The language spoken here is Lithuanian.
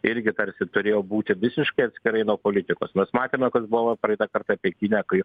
irgi tarsi turėjo būti visiškai atskirai nuo politikos mes matėme kas buvo va praeitą kartą pekine kai